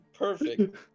Perfect